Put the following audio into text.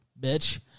bitch